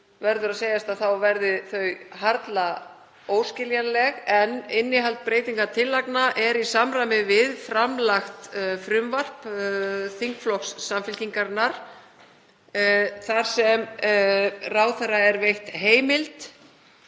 verður að segjast að þá yrðu þær harla óskiljanlegar. Innihald breytingartillagna er í samræmi við framlagt frumvarp þingflokks Samfylkingarinnar þar sem ráðherra er veitt heimild